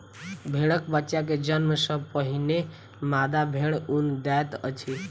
भेड़क बच्चा के जन्म सॅ पहिने मादा भेड़ ऊन दैत अछि